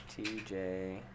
TJ